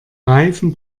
reifen